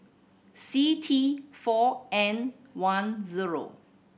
C T four N one zero